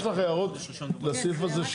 יש לך הערות לסעיף הזה,